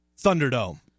Thunderdome